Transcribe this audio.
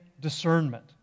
discernment